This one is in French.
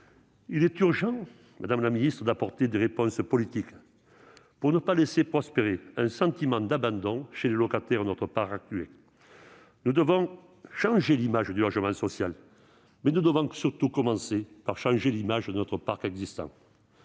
Il est urgent, madame la ministre, d'apporter des réponses politiques pour ne pas laisser prospérer un sentiment d'abandon chez les locataires du parc actuel. Pour changer l'image du logement social, nous devons commencer par changer celle de notre parc existant